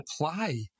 apply